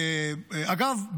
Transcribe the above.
אגב,